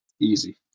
easy